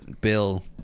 bill